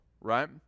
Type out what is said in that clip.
Right